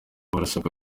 barasabwa